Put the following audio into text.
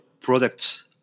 products